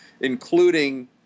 including